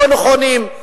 לא נכונים.